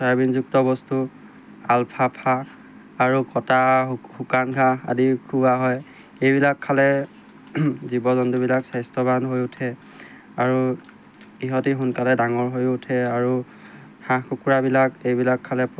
চয়াবিনযুক্ত বস্তু আলফাফা আৰু কটা শুকান ঘাঁহ আদি খুওৱা হয় এইবিলাক খালে জীৱ জন্তুবিলাক স্বাস্থ্যৱান হৈ উঠে আৰু ইহঁতে সোনকালে ডাঙৰ হৈ উঠে আৰু হাঁহ কুকুৰাবিলাক এইবিলাক খালে